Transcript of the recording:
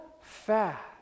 fast